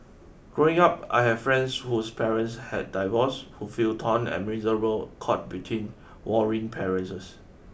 growing up I had friends whose parents had divorced who felt torn and miserable caught between warring parents